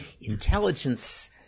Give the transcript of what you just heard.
intelligence